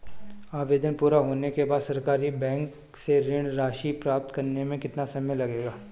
आवेदन पूरा होने के बाद सरकारी बैंक से ऋण राशि प्राप्त करने में कितना समय लगेगा?